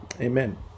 Amen